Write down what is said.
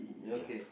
ya